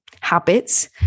habits